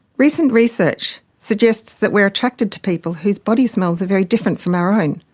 recent research suggests that we are attracted to people whose body smells are very different from our own.